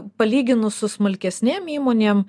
palyginus su smulkesnėm įmonėm